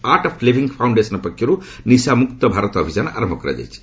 arch of living foundation ପକ୍ଷରୁ ନିଶାମୁକ୍ତ ଭାରତ ଅଭିଯାନ ଆରମ୍ଭ କରାଯାଇଛି